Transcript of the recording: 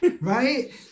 right